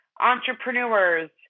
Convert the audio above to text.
entrepreneurs